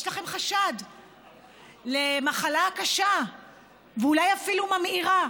יש לכם חשד למחלה קשה ואולי אפילו ממאירה,